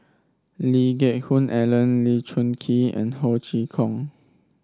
Lee Geck Hoon Ellen Lee Choon Kee and Ho Chee Kong